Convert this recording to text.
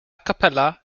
cappella